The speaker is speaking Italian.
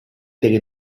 delle